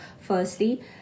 firstly